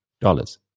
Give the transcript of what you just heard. dollars